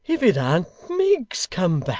if it an't miggs come back